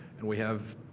and we have